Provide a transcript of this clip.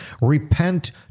repent